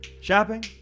Shopping